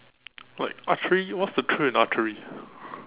like archery what's the thrill in archery